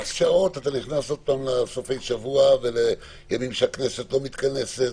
איקס שעות אתה נכנס עוד פעם לסופי שבוע ולימים שהכנסת לא מתכנסת.